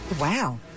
Wow